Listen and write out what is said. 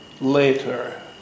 later